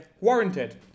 Warranted